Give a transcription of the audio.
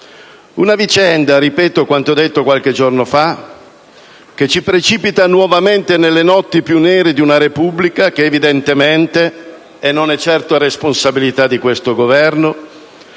Una vicenda (ripeto quanto detto qualche giorno fa) che ci precipita nuovamente nelle notti più nere di una Repubblica che evidentemente - e non è certo responsabilità di questo Governo